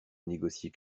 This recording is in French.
négocier